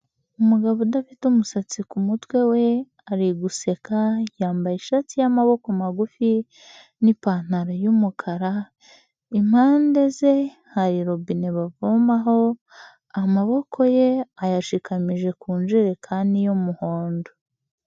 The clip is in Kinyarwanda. Umugabo udafite umusatsi ku mutwe we, ari guseka, yambaye ishati y'amaboko magufi, n'ipantaro y'umukara, impande ze hari robine bavomaho, amaboko ye ayashikamije ku njerekani y'umuhondo.